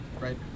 right